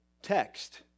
text